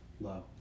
Low